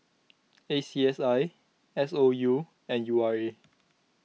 A C S I S O U and U R A